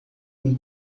com